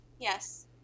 Yes